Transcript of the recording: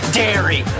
dairy